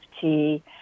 tea